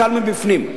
קל בפנים".